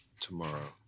tomorrow